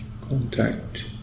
contact